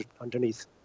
underneath